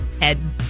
Head